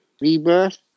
Rebirth